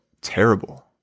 terrible